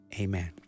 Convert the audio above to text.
Amen